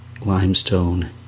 limestone